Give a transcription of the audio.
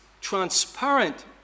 transparent